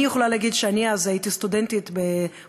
אני יכולה לומר שהייתי אז סטודנטית בחוג